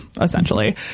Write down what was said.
essentially